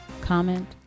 comment